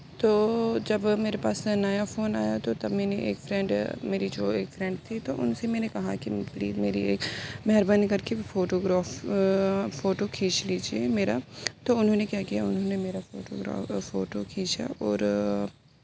تو جب میرے پاس نیا فون آیا تو تب میں نے ایک فرینڈ میری جو ایک فرینڈ تھی تو ان سے میں نے کہا کہ پلیز میری ایک مہربانی کر کے فوٹوگراف فوٹو کھینچ لیجیے میرا تو انہوں نے کیا کیا انہوں نے میرا فوٹوگراف فوٹو کھینچا اور